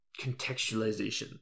contextualization